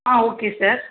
ah okay sir